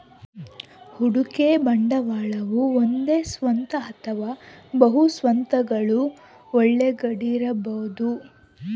ಹೂಡಿಕೆ ಬಂಡವಾಳವು ಒಂದೇ ಸ್ವತ್ತು ಅಥವಾ ಬಹು ಸ್ವತ್ತುಗುಳ್ನ ಒಳಗೊಂಡಿರಬೊದು